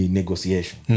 negotiation